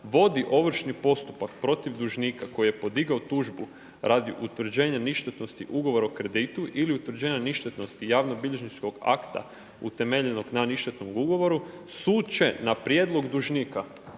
vodi ovršni postupak protiv dužnika koji je podigao tužbu radi utvrđenja ništetnosti ugovora o kreditu ili utvrđenja ništetnosti javno bilježničkog akta utemeljenog na ništetnom ugovoru sud će na prijedlog dužnika,